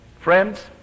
Friends